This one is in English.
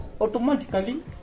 automatically